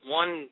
one